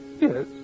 yes